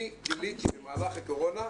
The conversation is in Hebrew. אני גיליתי במהלך הקורונה,